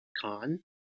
Con